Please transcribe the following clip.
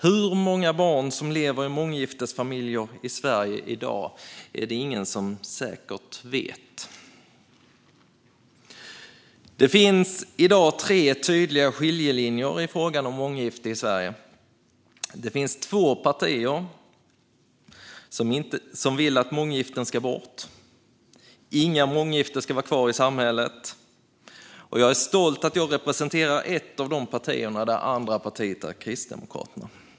Hur många barn som lever i månggiftesfamiljer i Sverige i dag är det ingen som säkert vet. Det finns i dag tre tydliga skiljelinjer i frågan om månggifte i Sverige. Det finns två partier som vill att månggiften ska bort. Inga månggiften ska vara kvar i samhället. Jag är stolt över att representera ett av dessa partier - det andra partiet är Kristdemokraterna.